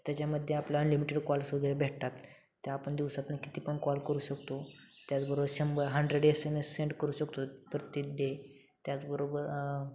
त्याच्यामध्ये आपलं unlimited calls वगैरे भेटतात त्या आपण दिवसातनं किती पण कॉल करू शकतो त्याचबरोबर शंब hundred S M S send करू शकतो प्रती डे त्याचबरोबर